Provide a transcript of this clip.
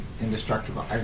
indestructible